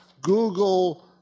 Google